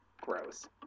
gross